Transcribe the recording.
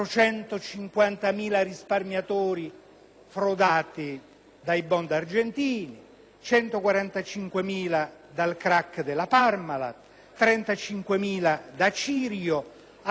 frodati dai *bond* argentini, 145.000 dal *crack* della Parmalat, 35.000 da Cirio, che abbiamo il problema della Lehman Brothers,